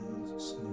Jesus